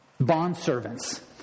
Bondservants